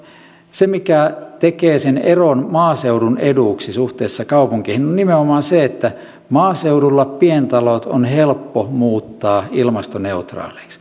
se mikä tekee sen eron maaseudun eduksi suhteessa kaupunkeihin on on nimenomaan se että maaseudulla pientalot on helppo muuttaa ilmastoneutraaleiksi